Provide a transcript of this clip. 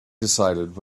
decided